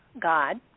God